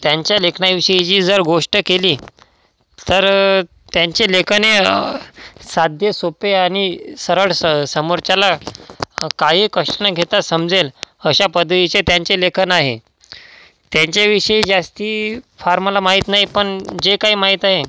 त्यांच्या लेखनाविषयी जी जर गोष्ट केली तर त्यांचे लेखन हे साधे सोपे आणि सरळ स समोरच्याला काही कष्ट न घेता समजेल अशा पद्धतीचे त्यांचे लेखन आहे त्यांच्याविषयी जास्त फार मला माहीत नाही पण जे काही माहीत आहे